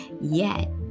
Yet